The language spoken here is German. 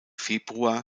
februar